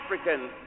African